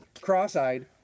cross-eyed